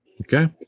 Okay